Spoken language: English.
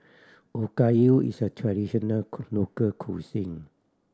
okayu is a traditional local cuisine